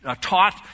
taught